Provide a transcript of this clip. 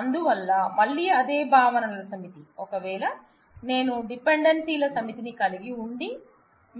అందువల్ల మళ్లీ అదే భావనల సమితి ఒకవేళ నేను డిపెండెన్సీల సమితిని కలిగి ఉండి